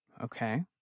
Okay